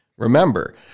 Remember